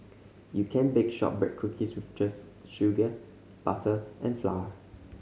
you can bake shortbread cookies with just sugar butter and flour